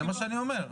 זה מה שאני אומר.